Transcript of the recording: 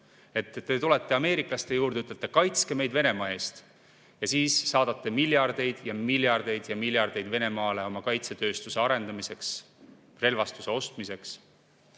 Te tulete ameeriklaste juurde, ütlete, et kaitske meid Venemaa eest. Ja siis saadate miljardeid ja miljardeid ja miljardeid Venemaale tema kaitsetööstuse arendamiseks, relvastuse ostmiseks.